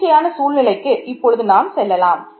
தன்னிச்சையான சூழ்நிலைக்கு இப்பொழுது நாம் செல்லலாம்